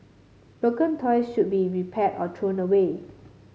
broken toy should be repaired or thrown away